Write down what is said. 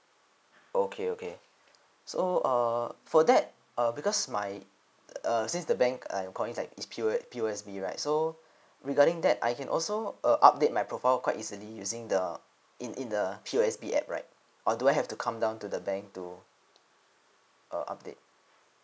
okay okay so err for that uh because my err since the bank I'm calling like is like is P_O P_O_S_B right so regarding that I can also uh update my profile quite easily using the in in the P O S B app right or do I have to come down to the bank to uh update